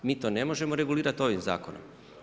Mi to ne možemo regulirati ovim zakonom.